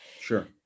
Sure